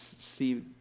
see